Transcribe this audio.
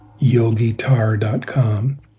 yogitar.com